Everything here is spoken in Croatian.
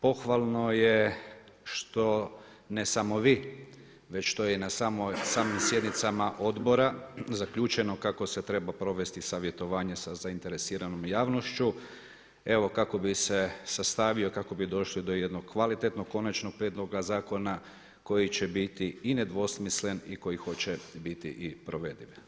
Pohvalno je što ne samo vi, već što je i na samim sjednicama odbora zaključeno kako se treba provesti savjetovanje sa zainteresiranom javnošću evo kako bi se sastavio, kako bi došli do jednog kvalitetnog, konačnog prijedloga zakona koji će biti i nedvosmislen i koji hoće biti i provediv.